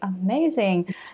amazing